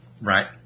right